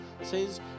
says